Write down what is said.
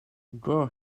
grow